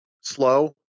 slow